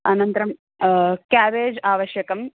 अनन्तरं केबेज् आवश्यकं